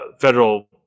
federal